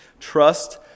Trust